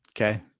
Okay